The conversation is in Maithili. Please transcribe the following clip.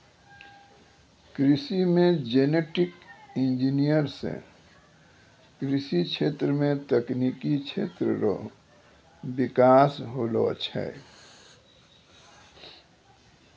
कृषि मे जेनेटिक इंजीनियर से कृषि क्षेत्र मे तकनिकी क्षेत्र रो बिकास होलो छै